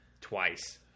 Twice